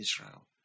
Israel